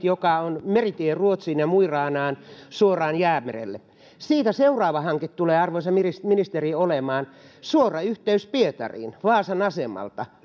joka on meritie ruotsiin ja mo i ranaan suoraan jäämerelle siitä seuraava hanke arvoisa ministeri tulee olemaan suora yhteys pietariin vaasan asemalta